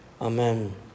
Amen